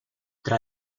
tra